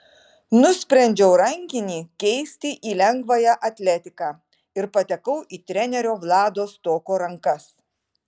nusprendžiau rankinį keisti į lengvąją atletiką ir patekau į trenerio vlado stoko rankas